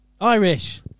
Irish